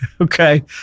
okay